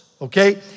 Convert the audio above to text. okay